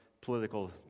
political